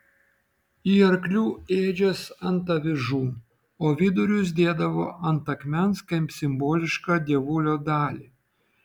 į arklių ėdžias ant avižų o vidurius dėdavo ant akmens kaip simbolišką dievulio dalį